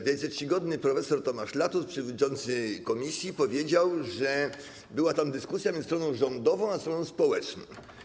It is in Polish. Wielce czcigodny profesor Tomasz Latos, przewodniczący komisji, powiedział, że była dyskusja między stroną rządową a stroną społeczną.